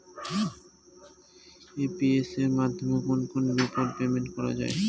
AEPS মাধ্যমে কোন কোন বিল পেমেন্ট করা যায়?